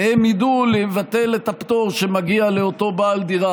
והם ידעו לבטל את הפטור שמגיע לאותו בעל דירה.